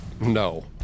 No